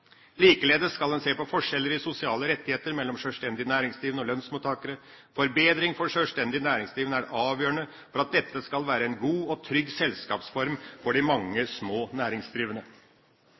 Likeledes skal en se på forskjeller i sosiale rettigheter mellom sjølstendig næringsdrivende og lønnsmottakere. En forbedring for sjølstendig næringsdrivende er avgjørende for at dette skal være en god og trygg selskapsform for de mange små næringsdrivende.